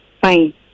fine